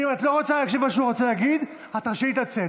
ואם את לא רוצה להקשיב למה שהוא רוצה להגיד את רשאית לצאת,